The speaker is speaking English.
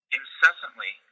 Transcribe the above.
incessantly